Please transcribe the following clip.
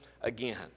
again